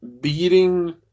beating